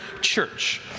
church